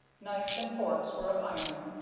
knives and forks were of iron,